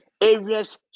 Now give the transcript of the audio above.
Area's